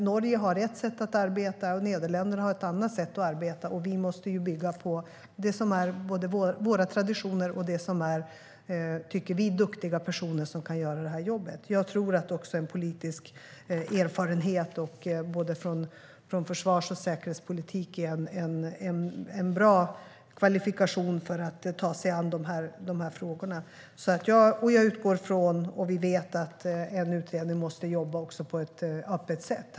Norge har ett sätt att arbeta, och Nederländerna har ett annat sätt. Vi måste bygga på det som är våra traditioner och på att de som vi tycker är duktiga personer ska göra jobbet. Jag tror att politisk erfarenhet från försvars och säkerhetspolitik är en bra kvalifikation för att ta sig an dessa frågor. Jag utgår ifrån, och vi vet, att utredningen kommer att jobba på ett öppet sätt.